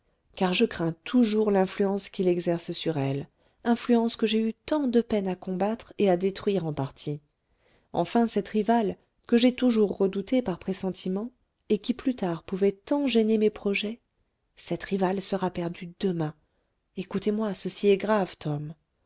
car je crains toujours l'influence qu'il exerce sur elle influence que j'ai eu tant de peine à combattre et à détruire en partie enfin cette rivale que j'ai toujours redoutée par pressentiment et qui plus tard pouvait tant gêner mes projets cette rivale sera perdue demain écoutez-moi ceci est grave tom